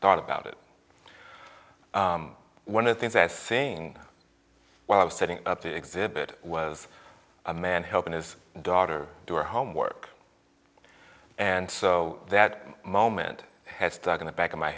thought about it one of the things they're seeing while i was setting up the exhibit was a man helping his daughter do her homework and so that moment has stuck in the back of my